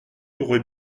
aurait